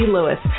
Lewis